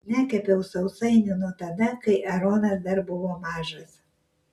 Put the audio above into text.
nekepiau sausainių nuo tada kai aronas dar buvo mažas